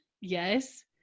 Yes